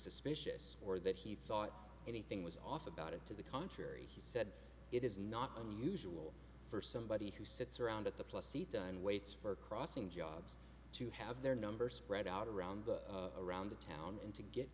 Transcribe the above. suspicious or that he thought anything was off about it to the contrary he said it is not unusual for somebody who sits around at the plus seat and waits for crossing jobs to have their number spread out around the around the town and to get